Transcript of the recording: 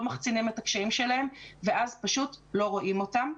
מחצינים את הקשיים שלהם ואז פשוט לא רואים אותם.